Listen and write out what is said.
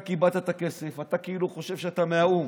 אתה קיבלת את הכסף, אתה כאילו חושב שאתה מהאו"ם,